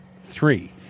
Three